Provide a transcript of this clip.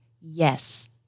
yes